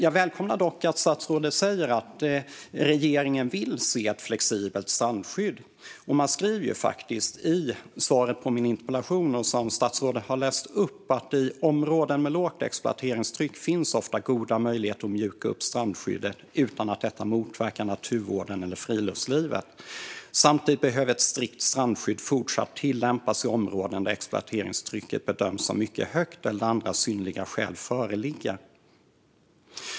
Jag välkomnar dock att statsrådet säger att regeringen vill se ett flexibelt strandskydd. I statsrådets svar på min interpellation sa hon följande: "I områden med lågt exploateringstryck finns ofta goda möjligheter att mjuka upp strandskyddet utan att detta motverkar naturvården och friluftslivet. Samtidigt behöver ett strikt strandskydd fortsatt tillämpas i områden där exploateringstrycket bedöms som mycket högt eller där andra synnerliga skäl föreligger."